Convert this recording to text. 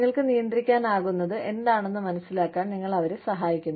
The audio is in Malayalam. നിങ്ങൾക്ക് നിയന്ത്രിക്കാനാകുന്നത് എന്താണെന്ന് മനസ്സിലാക്കാൻ നിങ്ങൾ അവരെ സഹായിക്കുന്നു